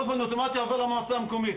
באופן אוטומטי יעבור למועצה מקומית,